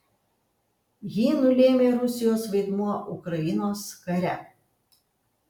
jį nulėmė rusijos vaidmuo ukrainos kare